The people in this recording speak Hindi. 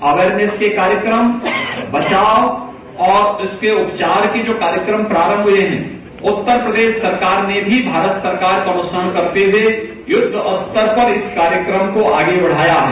अवेयरनेंस के कार्यक्रम बचाव और इसके उपचार के जो कार्यक्रम प्रारम्म हुए उत्तर प्रदेश सरकार ने भी भारत सरकार का अनुश्रवण करते हुए युद्वस्तर पर इस कार्यक्रम को आगे बढ़ाया है